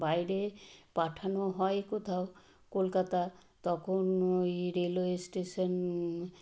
বাইরে পাঠানো হয় কোথাও কলকাতা তখন ওই রেলওয়ে স্টেশন